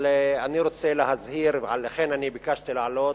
אני רוצה להזהיר, ולכן ביקשתי לעלות,